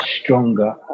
stronger